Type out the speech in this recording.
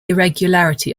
irregularity